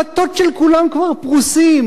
המטות של כולם כבר פרוסים,